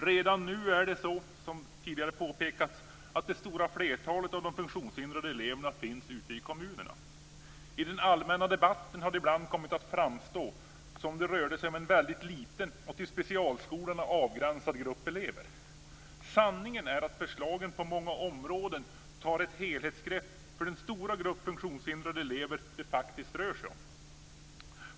Redan nu finns det stora flertalet av de funktionshindrade eleverna ute i kommunerna, som tidigare talare har påpekat. I den allmänna debatten har det ibland kommit att framstå som om det rörde sig om en väldigt liten och till specialskolorna avgränsad grupp elever. Sanningen är att förslagen på många områden tar ett helhetsgrepp om den stora grupp funktionshindrade elever som det faktiskt rör sig om.